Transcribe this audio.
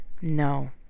no